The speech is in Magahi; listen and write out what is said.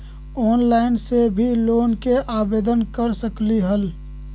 ऑनलाइन से भी लोन के आवेदन कर सकलीहल?